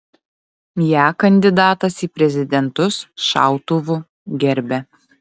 ją kandidatas į prezidentus šautuvu gerbia